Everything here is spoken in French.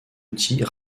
outils